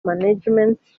management